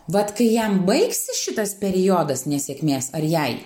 vat kai jam baigsis šitas periodas nesėkmės ar jai